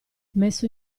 messo